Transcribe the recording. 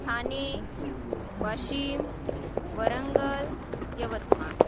Thane Washim Warangal Yavatmal